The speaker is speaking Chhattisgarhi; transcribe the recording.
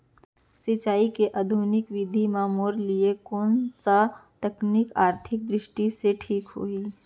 सिंचाई के आधुनिक विधि म मोर लिए कोन स तकनीक आर्थिक दृष्टि से ठीक होही?